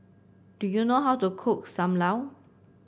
do you know how to cook Sam Lau